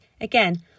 again